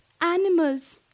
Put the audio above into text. animals